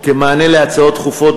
במענה להצעות דחופות